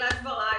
בתחילת דבריי